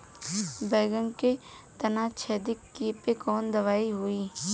बैगन के तना छेदक कियेपे कवन दवाई होई?